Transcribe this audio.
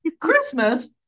Christmas